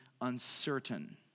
uncertain